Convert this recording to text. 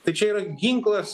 tai čia yra ginklas